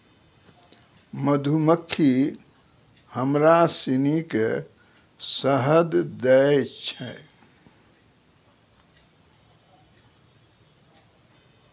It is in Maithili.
मधुमक्खी हमरा सिनी के शहद दै छै